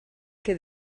que